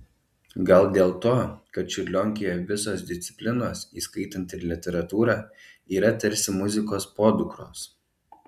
gal dėl to kad čiurlionkėje visos disciplinos įskaitant ir literatūrą yra tarsi muzikos podukros